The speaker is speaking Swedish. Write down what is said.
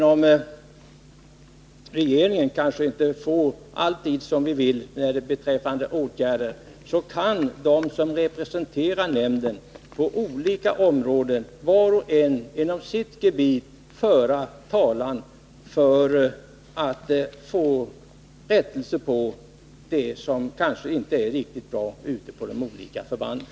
Om regeringen kanske inte alltid vidtar de åtgärder vi vill, kan de som representerar nämnden på olika områden, var och en inom sitt gebit, arbeta för att få till stånd rättelse av det som inte är riktigt bra på de olika förbanden.